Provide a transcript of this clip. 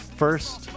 first